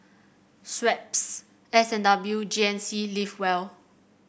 Schweppes S and W and G N C Live Well